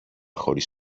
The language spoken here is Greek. χωρίς